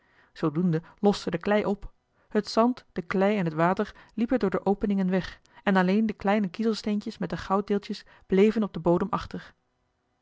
zoodoende loste de klei op het zand de klei en het water liepen door de openingen weg en alleen de kleine kiezelsteentjes met de gouddeeltjes bleven op den bodem